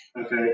Okay